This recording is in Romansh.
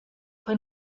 per